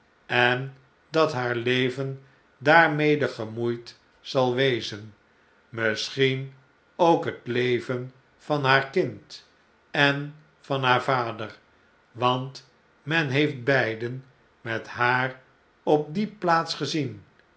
en dat haar leven daarmede gemoeid zal wezen misschien ook het leven van haar kind en van haar vader want men heeft beiden met haar op die plaats gezien